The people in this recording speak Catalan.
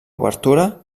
obertura